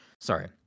sorry